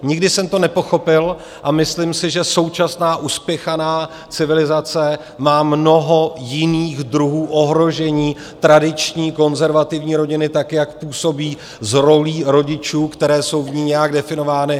Nikdy jsem to nepochopil a myslím si, že současná uspěchaná civilizace má mnoho jiných druhů ohrožení tradiční, konzervativní rodiny tak, jak působí s rolí rodičů, které jsou v ní nějak definovány.